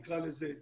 נקרא לזה,